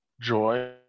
joy